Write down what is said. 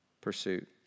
pursuit